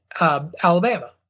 alabama